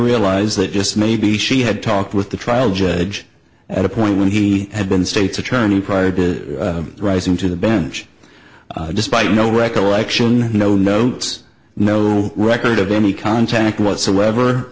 realize that just maybe she had talked with the trial judge at a point when he had been the state's attorney prior to rising to the bench despite no recollection no notes no record of any contact whatsoever